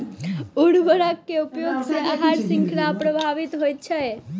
उर्वरक के उपयोग सॅ आहार शृंखला प्रभावित होइत छै